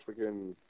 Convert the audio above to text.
freaking